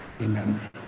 Amen